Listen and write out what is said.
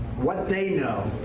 what they know,